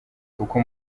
kuko